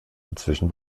inzwischen